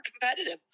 competitive